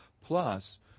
plus